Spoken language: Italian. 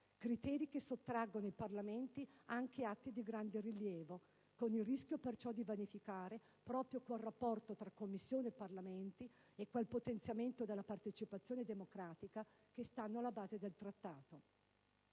criteri che sottraggono ai Parlamenti anche atti di grande rilievo, con il rischio perciò di vanificare proprio quel rapporto tra Commissione e Parlamenti e quel potenziamento della partecipazione democratica che stanno alla base del Trattato.